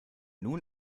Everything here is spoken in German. nun